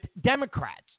Democrats